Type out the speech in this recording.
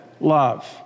love